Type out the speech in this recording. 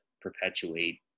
perpetuate